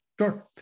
Sure